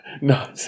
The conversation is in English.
No